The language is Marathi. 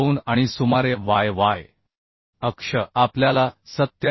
2 आणि सुमारे y y अक्ष आपल्याला 87